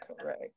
correct